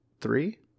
three